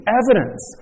evidence